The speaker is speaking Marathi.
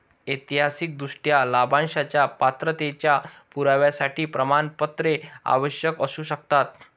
ऐतिहासिकदृष्ट्या, लाभांशाच्या पात्रतेच्या पुराव्यासाठी प्रमाणपत्रे आवश्यक असू शकतात